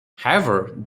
however